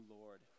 Lord